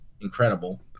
incredible